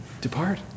depart